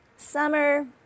Summer